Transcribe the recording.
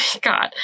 God